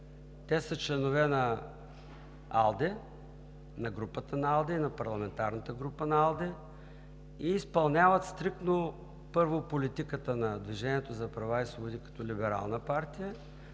те са членове на групата на АЛДЕ и на парламентарната група на АЛДЕ и изпълняват стриктно, първо, политиката на „Движението за права и свободи“ като либерална партия,